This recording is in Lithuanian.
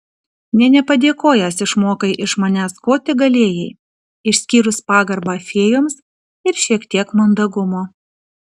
nė nepadėkojęs išmokai iš manęs ko tik galėjai išskyrus pagarbą fėjoms ir šiek tiek mandagumo